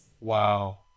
Wow